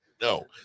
No